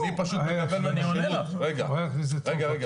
אני יודע אבל אני פשוט --- אני עונה לך.